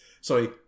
Sorry